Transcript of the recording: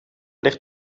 ligt